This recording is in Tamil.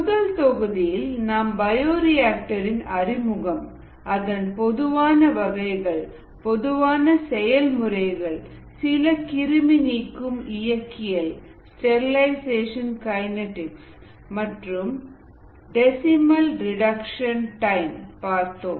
முதல் தொகுதியில் நாம் பயோரிஆக்டர் இன் அறிமுகம் அதன் பொதுவான வகைகள் பொதுவான செயல்முறைகள் சில கிருமி நீக்கும் இயக்கியல் ஸ்டெரிலைசேஷன் கைநடிக்ஸ் மற்றும் டெசிமல் ரெடக்ஷன் டைம் பார்த்தோம்